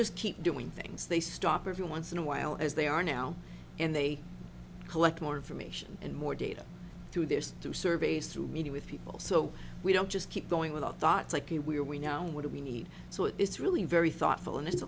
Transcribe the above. just keep doing things they stop every once in awhile as they are now and they collect more information and more data through there's two surveys through meeting with people so we don't just keep going with our thoughts like we are we know what we need so it's really very thoughtful and it's